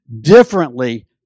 differently